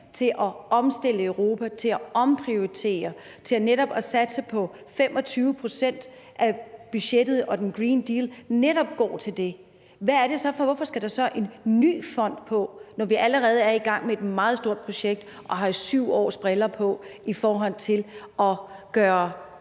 til at omstille Europa, til at omprioritere, til netop at satse på, at 25 pct. af budgettet og The Green Deal netop går til det. Hvorfor skal der så en ny fond til, når vi allerede er i gang med et meget stort projekt og har 7-årsbriller på i forhold til at gøre